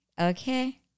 Okay